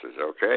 okay